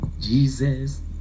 Jesus